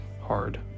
hard